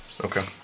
Okay